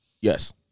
Yes